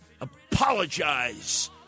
apologize